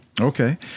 Okay